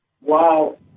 Wow